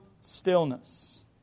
stillness